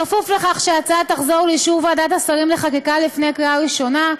בכפוף לכך שההצעה תחזור לאישור ועדת השרים לחקיקה לפני קריאה ראשונה,